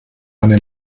eine